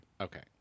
okay